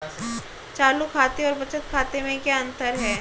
चालू खाते और बचत खाते में क्या अंतर है?